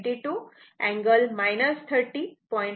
92 angle 30